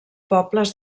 pobles